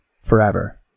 forever